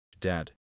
Dad